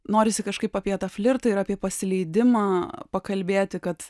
norisi kažkaip apie tą flirtą ir apie pasileidimą pakalbėti kad